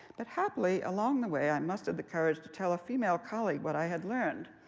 but happily along the way, i must have the courage to tell a female colleague what i had learned.